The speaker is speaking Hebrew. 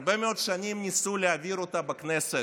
הרבה מאוד שנים ניסו להעביר אותה בכנסת,